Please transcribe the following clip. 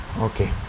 Okay